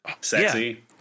Sexy